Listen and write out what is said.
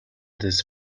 this